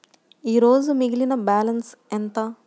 ఈరోజు మిగిలిన బ్యాలెన్స్ ఎంత?